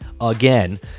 again